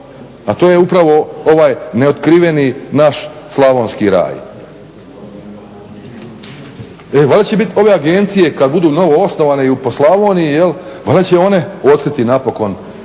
a to je upravo ovaj neotkriveni naš Slavonski raj. Valjda će biti ove agencije kad budu novoosnovane i po Slavoniji, valjda će one otkriti napokon,